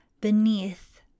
beneath